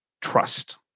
trust